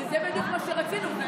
זה בדיוק מה שרצינו.